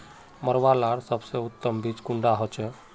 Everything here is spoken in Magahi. मरुआ लार सबसे उत्तम बीज कुंडा होचए?